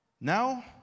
Now